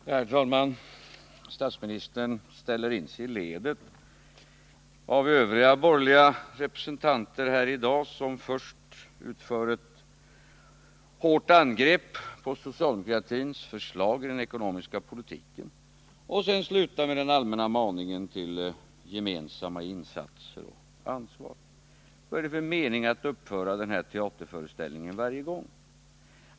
Herr talman! Statsministern ställer in sig i ledet av övriga borgerliga representanter här i dag, som först hårt angriper socialdemokratins förslag i den ekonomiska politiken och sedan slutar med den allmänna maningen till gemensamma insatser och ansvar. Vad är det för mening med att uppföra denna teaterföreställning varje gång?